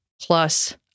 plus